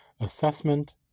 assessment